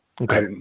Okay